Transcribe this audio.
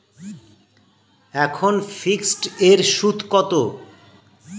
এখন ফিকসড এর সুদ কত?